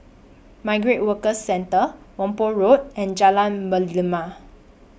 Migrant Workers Centre Whampoa Road and Jalan Merlimau